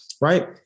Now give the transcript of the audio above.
right